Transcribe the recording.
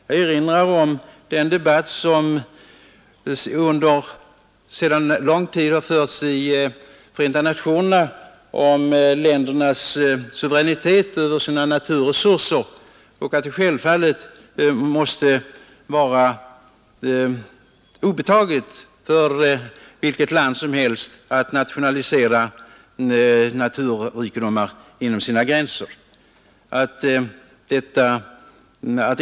Jag erinrar här om den debatt som sedan lång tid har förts i FN om ländernas suveränitet över sina naturresurser och att det självfallet måste vara obetaget för vilket land som helst att nationalisera naturrikedomar inom sina gränser.